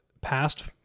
past